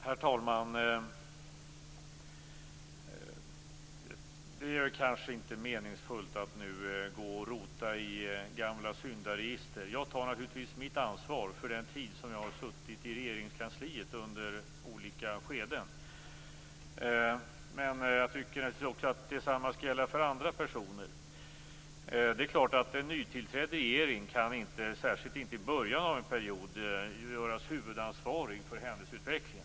Herr talman! Det är kanske inte meningsfullt att nu gå och rota i gamla syndaregister. Jag tar naturligtvis mitt ansvar för den tid som jag har suttit i Regeringskansliet under olika skeden. Jag tycker också att samma skall gälla för andra personer. Det är klart att en nytillträdd regering inte, särskilt inte i början av en period, kan göras huvudansvarig för en händelseutveckling.